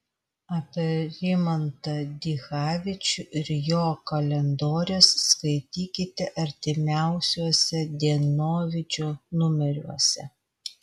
apie rimantą dichavičių ir jo kalendorius skaitykite artimiausiuose dienovidžio numeriuose